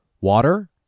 water